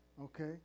okay